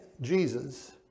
Jesus